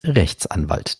rechtsanwalt